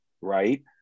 Right